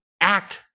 act